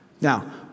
Now